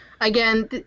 Again